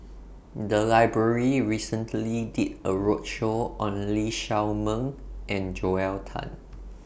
The Library recently did A roadshow on Lee Shao Meng and Joel Tan